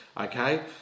Okay